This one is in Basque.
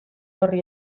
horri